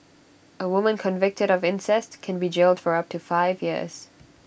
A woman convicted of incest can be jailed for up to five years